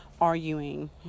arguing